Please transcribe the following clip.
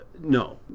No